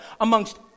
amongst